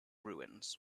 ruins